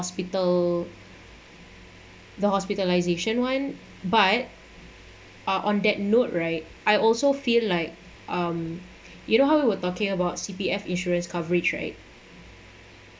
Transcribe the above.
hospital the hospitalisation one but on that note right I also feel like um you know how we were talking about C_P_F insurance coverage right